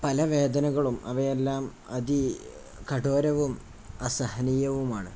പല വേദനകളും അവയെല്ലാം അതികഠോരവും അസഹനീയവുമാണ്